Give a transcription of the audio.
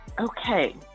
Okay